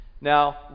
Now